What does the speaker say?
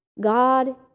God